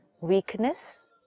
Weakness